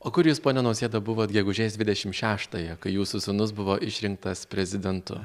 o kur jūs pone nausėda buvot gegužės dvidešim šeštąją kai jūsų sūnus buvo išrinktas prezidentu